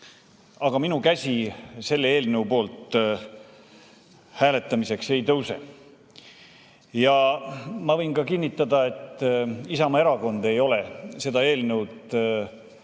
Aga minu käsi selle eelnõu poolt hääletamiseks ei tõuse. Ma võin ka kinnitada, et Isamaa Erakond ei ole seda eelnõu